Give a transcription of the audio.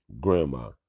grandma